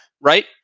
right